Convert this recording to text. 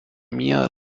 mia